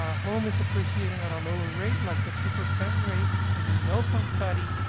ah home is appreciating at a lower rate, like the two percent rate and we know from studies,